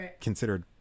considered